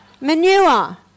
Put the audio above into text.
manure